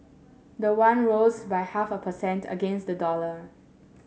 the won rose by half a per cent against the dollar